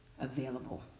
available